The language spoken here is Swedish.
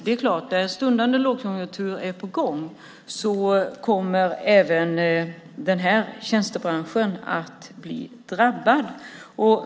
När stundande lågkonjunktur är på gång kommer även den tjänstebranschen att drabbas.